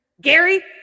Gary